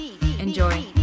Enjoy